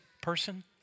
person